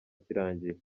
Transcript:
kirangiye